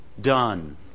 done